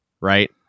right